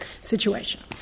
situation